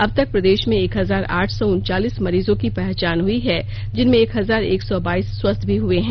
अबतक प्रदेश में एक हजार आठ सौ उनचालीस मरीजों की पहचान हुई है जिनमें एक हजार एक सौ बाईस स्वस्थ भी हुए हैं